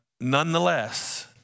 nonetheless